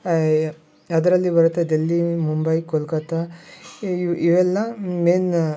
ಅದರಲ್ಲಿ ಬರುತ್ತೆ ದಿಲ್ಲಿ ಮುಂಬೈ ಕೊಲ್ಕತ್ತಾ ಇವು ಇವೆಲ್ಲಾ ಮೇನ್